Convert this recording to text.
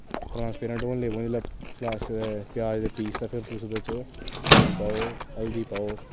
transparent होन लेई पवै जेल्लै अस प्याज दे पीस फिर ओह्दे च लून पाओ हल्दी पाओ